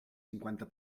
cinquanta